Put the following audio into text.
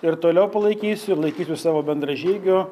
ir toliau palaikysiu ir laikysiu savo bendražygiu